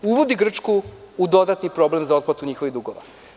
To uvodi Grčku u dodatni problem za otplatu njihovih dugova.